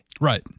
Right